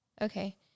Okay